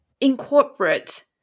incorporate